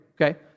Okay